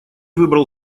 выбрал